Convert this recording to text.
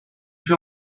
you